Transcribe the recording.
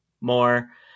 more